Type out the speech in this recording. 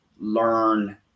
learn